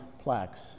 plaques